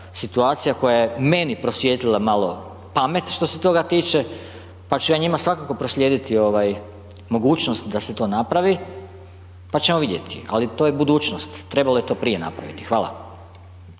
situacija, koja je meni prosvijetila malo pamet, što se toga tiče, pa ću ja njima svakako proslijediti mogućnost da se to napravi, pa ćemo vidjeti, ali to je budućnost, trebalo je to prije napraviti, hvala.